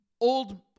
Old